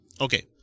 Okay